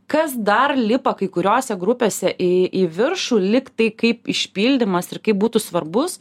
kas dar lipa kai kuriose grupėse į į viršų lig tai kaip išpildymas ir kaip būtų svarbus